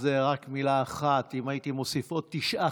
אז רק מילה אחת: אם הייתי מוסיף עוד תשעה